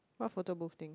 what photo booth thing